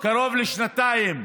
קרוב לשנתיים.